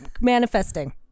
manifesting